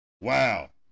Wow